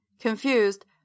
Confused